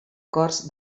cors